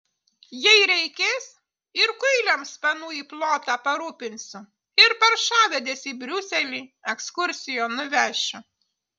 jei reikės ir kuiliams panų į plotą parūpinsiu ir paršavedes į briuselį ekskursijon nuvešiu